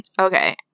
Okay